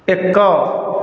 ଏକ